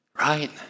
Right